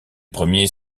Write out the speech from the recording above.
premiers